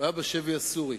היה בשבי הסורי.